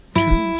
two